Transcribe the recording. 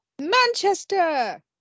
Manchester